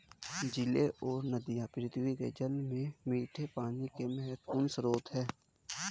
झीलें और नदियाँ पृथ्वी के जल में मीठे पानी के महत्वपूर्ण स्रोत हैं